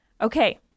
Okay